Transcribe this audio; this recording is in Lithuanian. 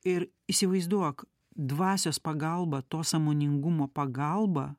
ir įsivaizduok dvasios pagalba to sąmoningumo pagalba